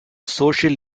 social